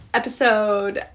episode